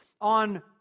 on